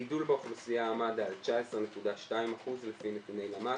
הגידול באוכלוסייה עמד על 19.2% לפי נתוני למ"ס.